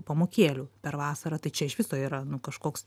pamokėlių per vasarą tai čia iš viso yra kažkoks